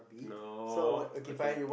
no okay